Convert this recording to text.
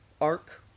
arc